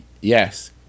Yes